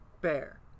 bear